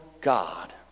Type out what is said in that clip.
God